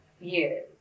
years